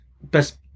best